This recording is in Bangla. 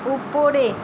উপরে